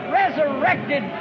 resurrected